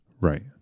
Right